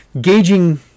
gauging